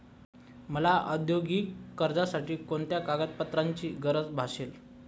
मला औद्योगिक कर्जासाठी कोणत्या कागदपत्रांची गरज भासेल?